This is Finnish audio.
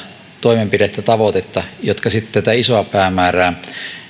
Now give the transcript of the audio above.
toimenpidettä tavoitetta jotka sitten tätä isoa päämäärää